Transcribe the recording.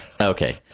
Okay